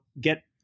get